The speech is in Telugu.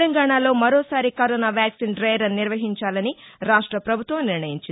తెలంగాణలో మరోసారి కరోనా వ్యాక్సిన్ డైరన్ నిర్వహించాలని రాష్ట పభుత్వం నిర్ణయించింది